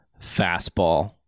fastball